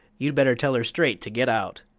you'd better tell her straight to get out!